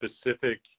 specific